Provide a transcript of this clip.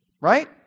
Right